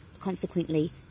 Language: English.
consequently